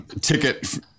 ticket